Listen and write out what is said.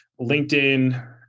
LinkedIn